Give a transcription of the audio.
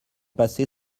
passer